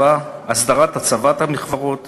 הסדרת הצבת המכוורות